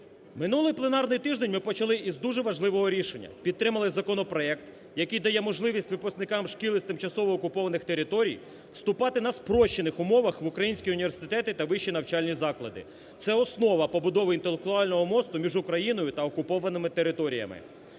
Минулий пленарний тиждень ми почали із дуже важливого рішення: підтримали законопроект, який дає можливість випускникам шкіл із тимчасово окупованих територій вступати на спрощених умовах в українські університети та вищі навчальні заклади. Це основа побудови інтелектуального мосту між Україною та окупованими територіями.